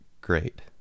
great